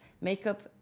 makeup